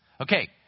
Okay